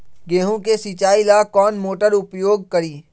गेंहू के सिंचाई ला कौन मोटर उपयोग करी?